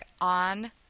on